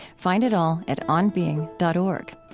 find it all at onbeing dot org.